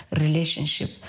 relationship